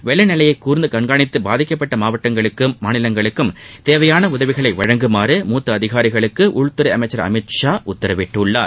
வெள்ளநிலையை கூர்ந்து கண்காணித்து பாதிக்கப்பட்ட மாநிலங்களுக்கு தேவையான உதவிகளை வழங்குமாறு மூத்த அதிகாரிகளுக்கு உள்துறை அமைச்சர் அமித் ஷா உத்தரவிட்டார்